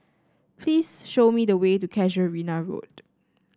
please show me the way to Casuarina Road